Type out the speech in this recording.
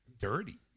dirty